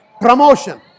Promotion